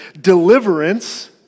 deliverance